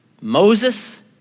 Moses